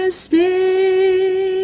stay